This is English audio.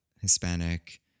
Hispanic